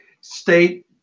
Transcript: state